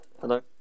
Hello